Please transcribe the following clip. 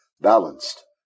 balanced